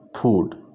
food